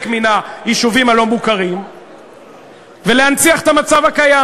מהיישובים הלא-מוכרים ולהנציח את המצב הקיים.